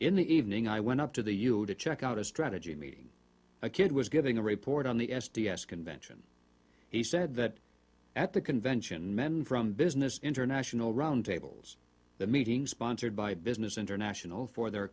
in the evening i went up to the euro to check out a strategy meeting a kid was giving a report on the s d s convention he said that at the convention men from business international roundtables the meetings sponsored by business international for their